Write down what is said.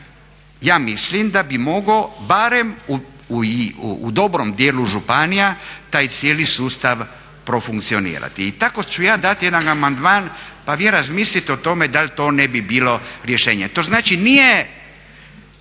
ja mislim da bi mogao barem u dobrom djelu županija taj cijeli sustav profunkcionirati. I tako ću ja dati jedan amandman pa vi razmislite o tome da li to ne bi bilo rješenje.